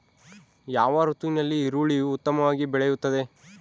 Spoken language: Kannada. ಯಾವ ಋತುವಿನಲ್ಲಿ ಈರುಳ್ಳಿಯು ಉತ್ತಮವಾಗಿ ಬೆಳೆಯುತ್ತದೆ?